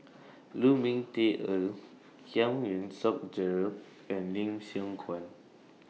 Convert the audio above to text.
Lu Ming Teh Earl Giam Yean Song Gerald and Lim Siong Guan